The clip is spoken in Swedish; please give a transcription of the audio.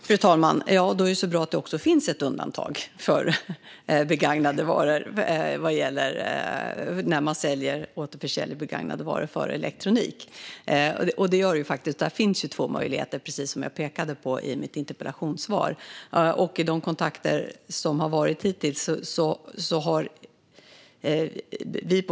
Fru talman! Ja, och då är det ju bra att det också finns ett undantag för begagnad elektronik. Där finns det två möjligheter, precis som jag pekade på i mitt interpellationssvar.